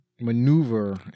maneuver